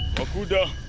wakuda.